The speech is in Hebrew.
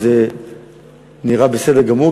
וזה נראה בסדר גמור,